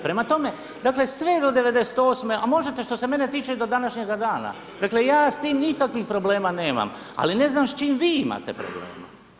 Prema tome, dakle sve do '98., a možete što se mene tiče i do današnjega dana, dakle ja s tim nikakvih problema nemam, ali ne znam s čim vi imate problema.